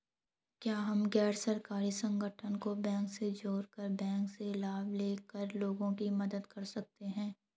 क्या हम गैर सरकारी संगठन को बैंक से जोड़ कर बैंक से लाभ ले कर लोगों की मदद कर सकते हैं?